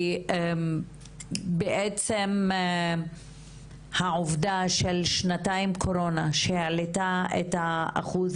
כי בעצם העובדה של שנתיים קורונה שהעלתה את אחוז